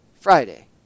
Friday